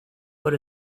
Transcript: what